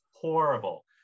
horrible